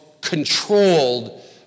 controlled